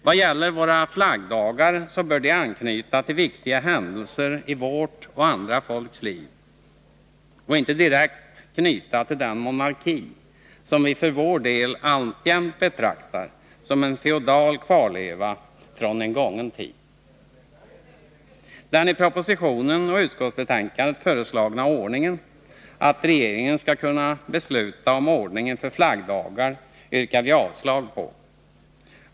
Vad gäller våra flaggdagar bör de anknyta till viktiga händelser i vårt och Nr 121 andra folks liv och inte direkt till den monarki som vi för vår del alltjämt Torsdagen den betraktar som en feodal kvarleva från en gången tid. Det i propositionen och 15 april 1982 utskottsbetänkandet framlagda förslaget, att regeringen skall kunna besluta om ordningen för flaggdagar, yrkar vi avslag på.